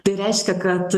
tai reiškia kad